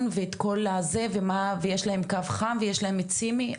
ואת כל מה שיש להן שידעו שיש להן קו חם ויש להן את סימי.